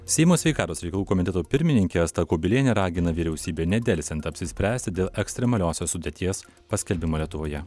seimo sveikatos reikalų komiteto pirmininkė asta kubilienė ragina vyriausybę nedelsiant apsispręsti dėl ekstremaliosios sudėties paskelbimo lietuvoje